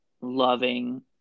loving